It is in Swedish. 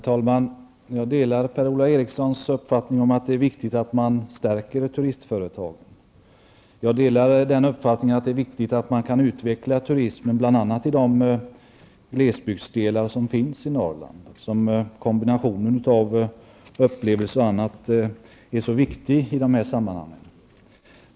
Herr talman! Jag delar Per-Ola Erikssons uppfattning att det är viktigt att man stärker turistföretagen. Jag delar uppfattningen att det är viktigt att man kan utveckla turismen, bl.a. i glesbygden i Norrland. Kombinationen av upplevelser och annat är viktig i dessa sammanhang.